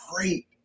great